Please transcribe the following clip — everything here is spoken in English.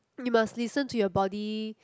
you must listen to your body